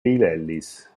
ellis